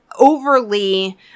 overly